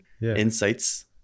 insights